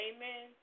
Amen